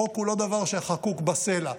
חוק הוא לא דבר שחקוק בסלע,